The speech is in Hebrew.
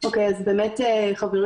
זה חוק שמערב בו שיקולי פרטיות,